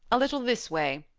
a little this way,